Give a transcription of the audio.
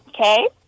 Okay